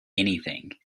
anything